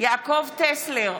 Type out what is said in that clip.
יעקב טסלר,